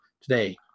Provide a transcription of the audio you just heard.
today